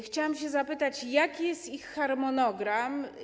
Chciałam zapytać, jaki jest ich harmonogram.